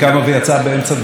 כי מה זה מעניין אותה?